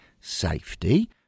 Safety